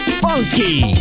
funky